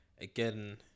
again